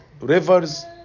rivers